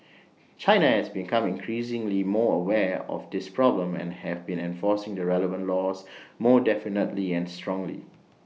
China has becoming increasingly more aware of this problem and have been enforcing the relevant laws more definitely and strongly